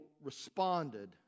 responded